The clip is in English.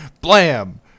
Blam